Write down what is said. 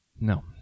No